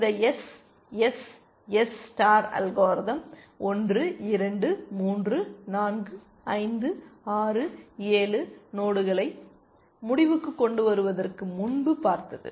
இந்த SSS star algorithm 1 2 3 4 5 6 7 நோடுகளை முடிவுக்கு கொண்டுவருவதற்கு முன்பு பார்த்தது